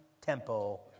tempo